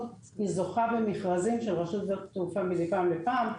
זוכה במכרזים של רשות שדות התעופה מפעם לפעם,